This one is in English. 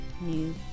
new